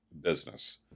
business